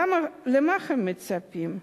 למה הם מצפים?